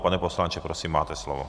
Pane poslanče, prosím, máte slovo.